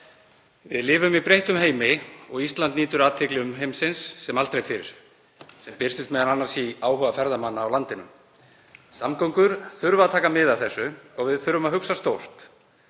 Við lifum í breyttum heimi og Ísland nýtur athygli umheimsins sem aldrei fyrr. Það birtist m.a. í áhuga ferðamanna á landinu. Samgöngur þurfa að taka mið af þessu og við þurfum að hugsa stórt.